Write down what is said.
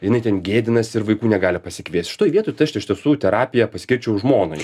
jinai ten gėdinasi ir vaikų negali pasikviest šitoj vietoj tai aš iš tiesų terapiją paskirčiau žmonai